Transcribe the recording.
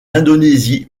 indonésie